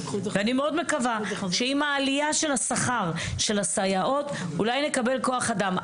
ואני מאוד מקווה שעם העלייה של השכר של הסייעות אולי נקבל כוח אדם.